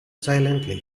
silently